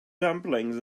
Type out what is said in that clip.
dumplings